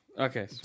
Okay